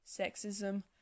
sexism